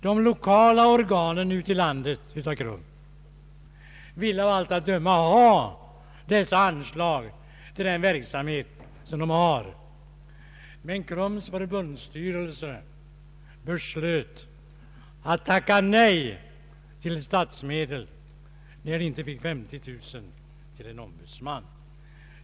De lokala organen av KRUM ville av allt att döma ha detta anslag till sin verksamhet, men KRUM:s förbundsstyrelse beslöt tacka nej till statsmedel när man inte fick 50 000 kronor till en ombudsman.